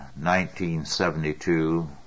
1972